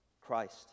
Christ